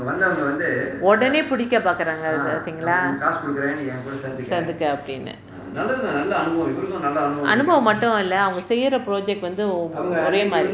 உடனே பிடிக்க பார்க்கிறாங்க அந்த பார்த்திங்களா சேந்துக்க அப்படின்னு அனுபவம் மட்டும் இல்லை அவங்க செய்ற:udane pidikka paarkkiraanga antha paarthingalaal senthukka appadinnu anubavam mattum illai avanga seyra project வந்து ஒரே மாதிரி:vanthu orae maathiri